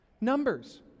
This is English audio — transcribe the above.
Numbers